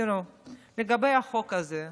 לגבי החוק הזה,